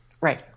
Right